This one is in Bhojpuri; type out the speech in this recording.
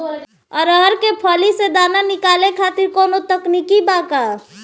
अरहर के फली से दाना निकाले खातिर कवन तकनीक बा का?